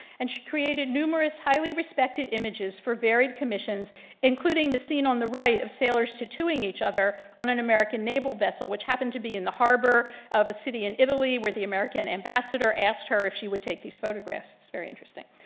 and she created numerous highly respected respected images for varied commissions including the scene on the right of sailors tattooing each other on an american naval vessel. which happened to be in the harbor of a city in italy where the american ambassador asked her if she would take these photographs. it's very interesting.